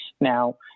Now